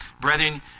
brethren